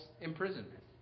imprisonment